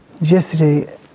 Yesterday